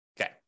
Okay